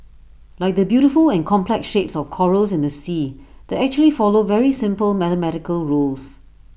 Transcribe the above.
like the beautiful and complex shapes of corals in the sea that actually follow very simple mathematical rules